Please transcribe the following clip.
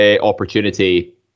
opportunity